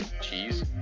cheese